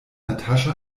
natascha